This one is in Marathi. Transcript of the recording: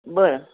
बरं